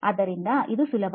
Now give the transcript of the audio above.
ಆದ್ದರಿಂದ ಇದು ಸುಲಭ